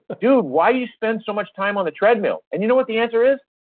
dude, why do you spend so much time on the treadmill? and you know what the answer is?